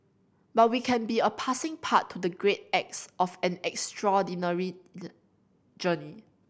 but we can be a passing part to the great acts of an extraordinary journey